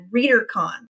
ReaderCon